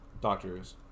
doctors